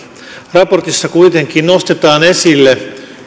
raportissa kuitenkin nostetaan esille hyvin